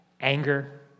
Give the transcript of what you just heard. Anger